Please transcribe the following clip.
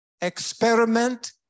experiment